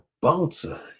bouncer